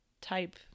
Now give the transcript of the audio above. type